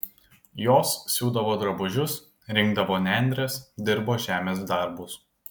jos siūdavo drabužius rinkdavo nendres dirbo žemės darbus